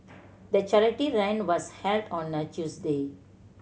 the charity run was held on a Tuesday